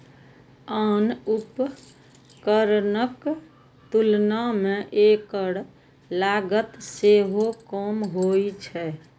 आन उपकरणक तुलना मे एकर लागत सेहो कम होइ छै